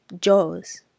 jaws